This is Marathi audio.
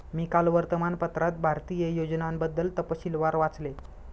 मी काल वर्तमानपत्रात भारतीय योजनांबद्दल तपशीलवार वाचले